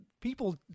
people